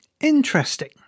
Interesting